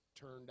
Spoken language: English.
turned